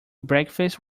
breakfast